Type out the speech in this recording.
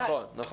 נכון.